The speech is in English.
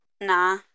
Nah